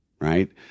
right